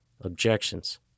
objections